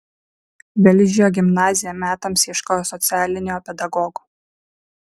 velžio gimnazija metams ieškojo socialinio pedagogo